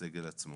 הסגל עצמו.